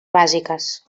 bàsiques